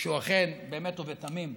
שהוא אכן באמת ובתמים,